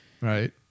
Right